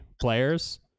players